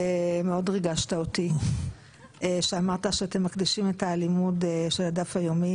מאוד ריגשת אותי שאמרת שאתם מקדישים את הלימוד של הדף היומי